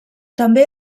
també